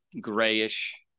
grayish